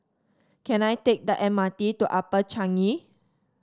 can I take the M R T to Upper Changi